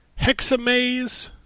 Hexamaze